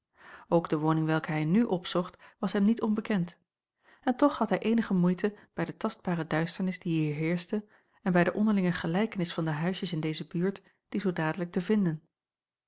ook de woning welke hij nu opzocht was hem niet onbekend en toch had hij eenige moeite bij de tastbare duisternis die hier heerschte en bij de onderlinge gelijkenis van de huisjes in deze buurt die zoo dadelijk te vinden